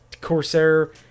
corsair